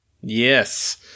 Yes